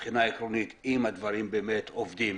מבחינה עקרונית, אם הדברים באמת עובדים